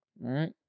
right